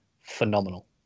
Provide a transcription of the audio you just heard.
phenomenal